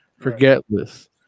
Forgetless